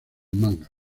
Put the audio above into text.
manga